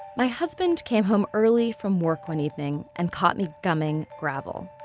my husband came home early from work one evening and caught me gumming gravel.